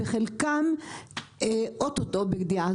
וחלקם אוטוטו בגדיעה.